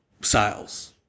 sales